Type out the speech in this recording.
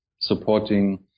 supporting